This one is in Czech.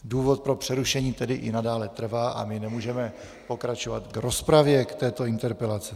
Důvod pro přerušení tedy i nadále trvá a my nemůžeme pokračovat v rozpravě k této interpelaci.